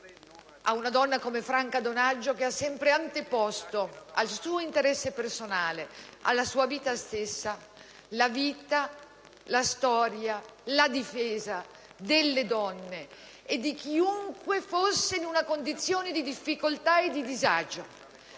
ad una donna come Franca Donaggio, che ha sempre anteposto al suo interesse personale e alla sua vita stessa, la vita, la storia e la difesa delle donne e di chiunque fosse in una condizione di difficoltà e di disagio,